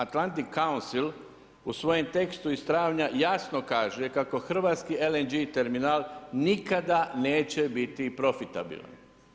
Atlantic council u svojem tekstu iz travnja jasno kaže kako hrvatski LNG terminal nikada neće biti profitabilan.